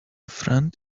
friend